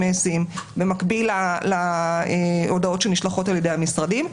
אסים במקביל להודעות שנשלחות על ידי המשרדים,